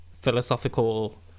philosophical